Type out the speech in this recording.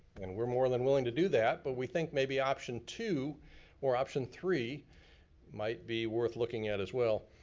and we're more than willing to do that, but we think maybe option two or option three might be worth looking at as well.